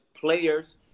players